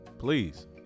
Please